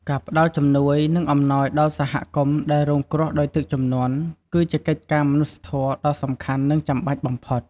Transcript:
ការផ្តល់ជំនួយ និងអំណោយដល់សហគមន៍ដែលរងគ្រោះដោយទឹកជំនន់ គឺជាកិច្ចការមនុស្សធម៌ដ៏សំខាន់ និងចាំបាច់បំផុត។